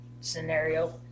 scenario